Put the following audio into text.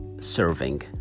serving